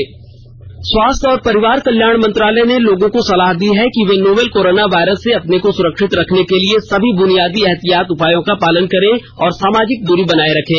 स्वास्थ्य परामर्ष स्वास्थ्य और परिवार कल्याण मंत्रालय ने लोगों को सलाह दी है कि वे नोवल कोरोना वायरस से अपने को सुरक्षित रखने के लिए सभी बुनियादी एहतियाती उपायों का पालन करें और सामाजिक दूरी बनाए रखें